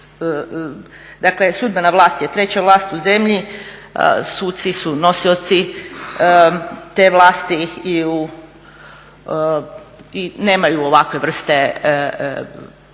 Dakle sudbena vlast je 3. vlast u zemlji, suci su nosioci te vlasti i nemaju ovakve vrste,